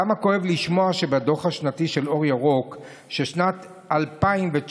כמה כואב לשמוע בדוח השנתי של אור ירוק ששנת 2019